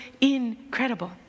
incredible